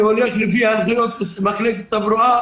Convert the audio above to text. אני הולך לפי ההנחיות של מחלקת תברואה.